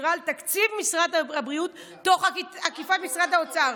ישירה על תקציב משרד הבריאות תוך עקיפת משרד האוצר?